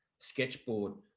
sketchboard